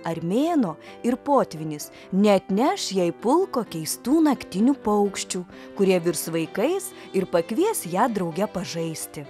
ar mėnuo ir potvynis neatneš jai pulko keistų naktinių paukščių kurie virs vaikais ir pakvies ją drauge pažaisti